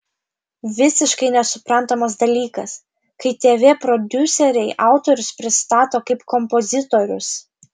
visiškai nesuprantamas dalykas kai tv prodiuseriai autorius pristato kaip kompozitorius